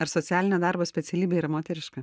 ar socialinio darbo specialybė yra moteriška